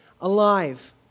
alive